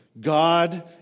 God